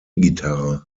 gitarre